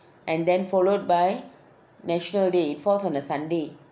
and then followed by national day falls on a sunday